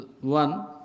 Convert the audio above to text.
One